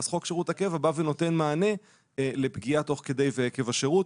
חוק שירות הקבע בא ונותן מענה לפגיעה תוך כדי ועקב השירות,